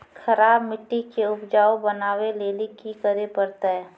खराब मिट्टी के उपजाऊ बनावे लेली की करे परतै?